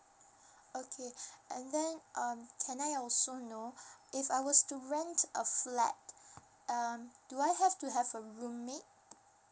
okay and then um can I also know if I was to rent a flat um do I have to have a roommate